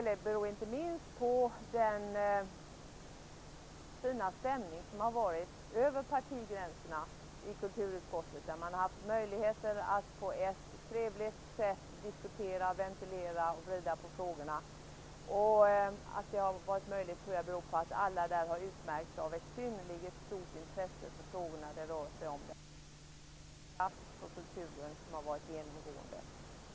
Det beror inte minst på den fina stämning som har funnits över partigränserna i kulturutskottet. Där har vi haft möjlighet att på ett trevligt sätt diskutera, ventilera och vrida på frågorna. Att det har varit möjligt tror jag beror på att alla där har utmärkts av ett synnerligen stort intresse för de frågor det rör sig om. Det har funnits en entusiasm för kulturen som har varit genomgående.